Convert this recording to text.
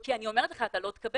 כי אני אומרת לך שאתה לא תקבל.